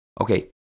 okay